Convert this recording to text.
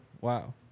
Wow